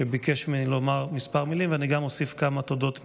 שביקש ממני לומר כמה מילים ואני גם אוסיף כמה תודות משלי,